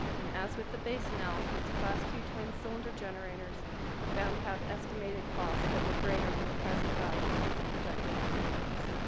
and as with the base analysis, class two twin cylinder generators were found to have estimated cost that were greater than the present value of the projected benefits.